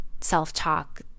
self-talk